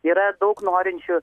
yra daug norinčių